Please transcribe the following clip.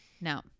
No